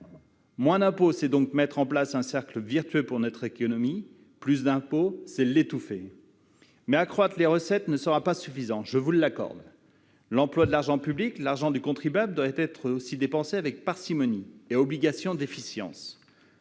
Moins d'impôts, c'est enclencher un cercle vertueux pour notre économie ; plus d'impôts, c'est l'étouffer. Mais accroître les recettes ne sera pas suffisant- je vous l'accorde. L'argent public, l'argent du contribuable, doit être dépensé avec parcimonie et efficience.